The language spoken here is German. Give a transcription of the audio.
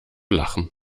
lachen